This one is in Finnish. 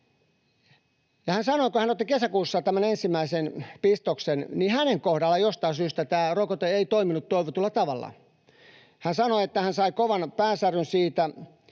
Hän sanoi, että kun hän otti kesäkuussa ensimmäisen pistoksen, niin hänen kohdallaan jostain syystä tämä rokote ei toiminut toivotulla tavalla. Hän sanoi, että hän sai kovan päänsäryn siitä